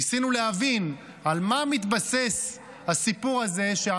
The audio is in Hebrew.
ניסינו להבין על מה מתבסס הסיפור הזה,